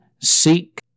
seek